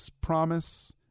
promise